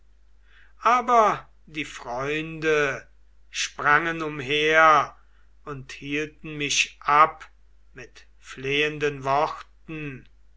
aber die freunde sprangen umher und hielten mich ab mit flehenden worten